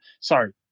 sorry